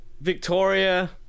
Victoria